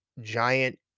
giant